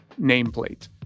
nameplate